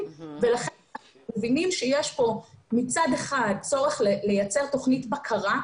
ולכן אנחנו מבינים שיש פה מצד אחד צורך לייצר תוכנית בקרה,